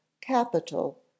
capital